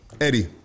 Eddie